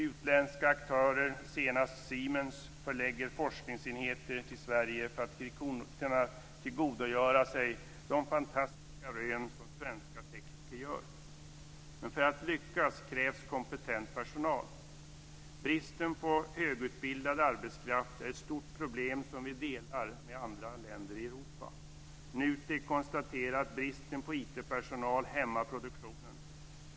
Utländska aktörer, senast Siemens, förlägger forskningsenheter till Sverige för att kunna tillgodogöra sig de fantastiska rön som svenska tekniker gör. Men för att lyckas krävs kompetent personal. Bristen på högutbildad arbetskraft är ett stort problem som vi delar med andra länder i Europa. NUTEK konstaterar att bristen på IT-personal hämmar produktionen.